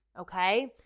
okay